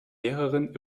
lehrerin